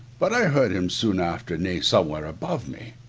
but i heard him soon after neigh somewhere above me.